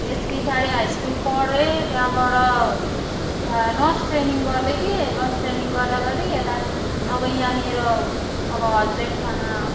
त्यस पछाडि high school पढेँ त्यहाँबाट उता नर्स ट्रेनिङ गर्दैथेँ नर्स ट्रेनिङ गर्दागर्दै यता अब यहाँ मेरो अब हस्बेन्डसँग